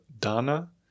dana